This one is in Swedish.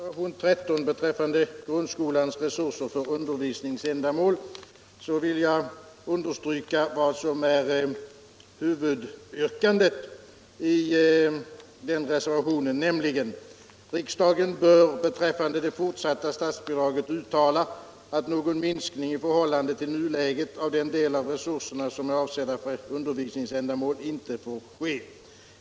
Herr talman! Beträffande reservationen 13 om grundskolans resurser för undervisningsändamål vill jag understryka vad som är huvudyrkandet, nämligen att riksdagen bör beträffande det fortsatta statsbidraget uttala att någon minskning i förhållande till nuläget i den del av resurserna som är avsedd för undervisningsändamål inte får ske.